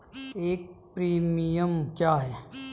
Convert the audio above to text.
एक प्रीमियम क्या है?